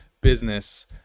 business